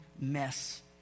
mess